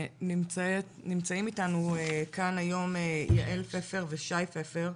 נמצאים אתנו כאן היום יעל פפר ושי פפר,